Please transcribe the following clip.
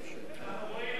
אנחנו רואים